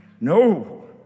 no